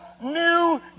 new